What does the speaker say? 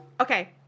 Okay